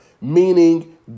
meaning